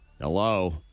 hello